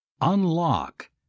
Unlock